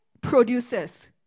produces